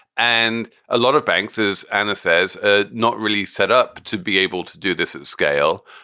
and a lot of banks, as anna says, ah not really set up to be able to do this at scale.